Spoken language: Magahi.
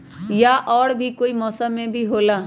या और भी कोई मौसम मे भी होला?